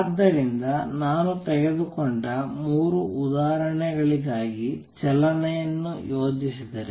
ಆದ್ದರಿಂದ ನಾನು ತೆಗೆದುಕೊಂಡ ಮೂರು ಉದಾಹರಣೆಗಳಿಗಾಗಿ ಚಲನೆಯನ್ನು ಯೋಜಿಸಿದರೆ